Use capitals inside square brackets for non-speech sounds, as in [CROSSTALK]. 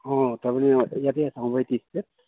[UNINTELLIGIBLE]